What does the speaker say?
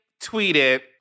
tweeted